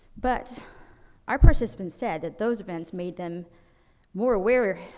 but our participants said that those events made them more aware, ah,